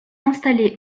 installé